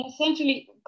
essentially